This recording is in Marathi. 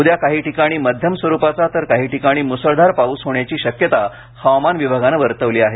उद्या काही ठिकाणी मध्यम स्वरूपाचा तर काही ठिकाणी मुसळधार पावसाची शक्यता हवामान विभागानं वर्तवली आहे